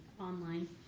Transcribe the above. online